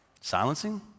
Silencing